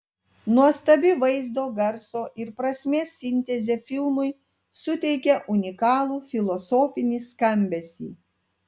nuostabi vaizdo garso ir prasmės sintezė filmui suteikia unikalų filosofinį skambesį